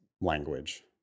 language